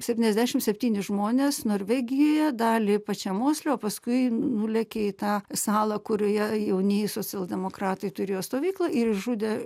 septyniasdešim septynis žmones norvegijoje dalį pačiam osle o paskui nulėkė į tą salą kurioje jaunieji socialdemokratai turėjo stovyklą ir išžudė